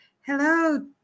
Hello